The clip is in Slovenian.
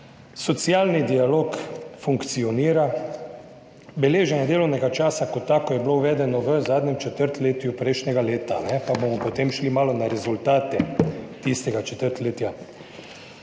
Socialni dialog funkcionira. Beleženje delovnega časa kot tako je bilo uvedeno v zadnjem četrtletju prejšnjega leta, pa bomo potem šli malo na rezultate tistega četrtletja.